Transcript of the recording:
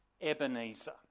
Ebenezer